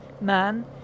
man